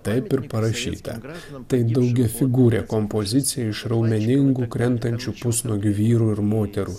taip ir parašyta tai daugiafigūrė kompozicija iš raumeningų krentančių pusnuogių vyrų ir moterų